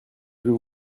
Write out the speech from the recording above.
veux